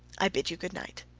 i bid you good night.